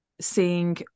seeing